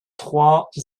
trois